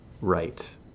Right